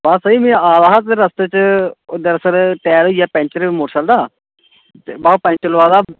आं सेही में आवा दा हा रस्ते च ओह् दरअसल टायर होई गेआ पंचर मोटरसैकल दा ते में पैंचर लोआ दा हा